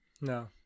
No